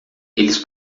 eles